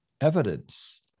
evidence